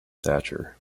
thatcher